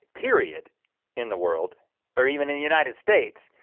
period in the world or even in the united states.